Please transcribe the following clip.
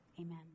amen